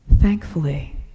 thankfully